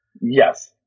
Yes